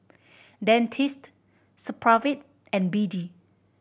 Dentiste Supravit and B D